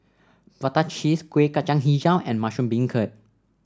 Prata Cheese Kueh Kacang hijau and Mushroom Beancurd